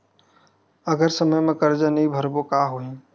अगर समय मा कर्जा नहीं भरबों का होई?